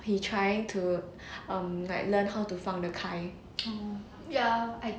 he trying to um like learn how to 放的开